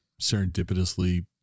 serendipitously